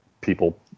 people